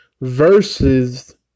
Versus